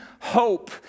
Hope